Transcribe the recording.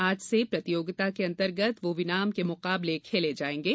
आज से प्रतियोगिता के अंतर्गत वोवीनाम के मुकाबले खेले जायेंगे